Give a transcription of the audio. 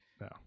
No